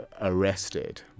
arrested